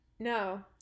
no